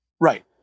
Right